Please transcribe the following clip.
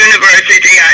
University